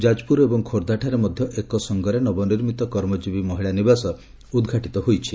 ଯାଜପୁର ଏବଂ ଖୋର୍କ୍ଷାଠାରେ ମଧ୍ଧ ଏକସଙାରେ ନବନିର୍ବିତ କର୍ମଜୀବୀ ମହିଳା ନିବାସ ଉଦ୍ଘାଟିତ ହୋଇଛି